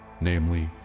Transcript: namely